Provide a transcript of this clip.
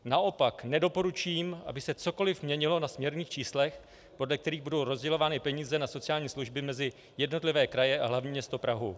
Naopak, nedoporučím, aby se cokoliv měnilo na směrných číslech, podle kterých budou rozdělovány peníze na sociální služby mezi jednotlivé kraje a hlavní město Prahu.